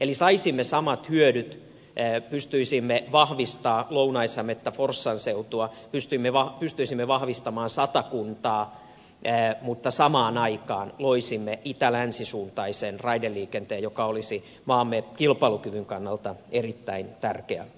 eli saisimme samat hyödyt pystyisimme vahvistamaan lounais hämettä forssan seutua pystyisimme vahvistamaan satakuntaa mutta samaan aikaan loisimme itälänsi suuntaisen raideliikenteen joka olisi maamme kilpailukyvyn kannalta erittäin tärkeä hanke